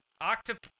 octopus